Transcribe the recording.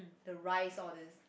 the rice all these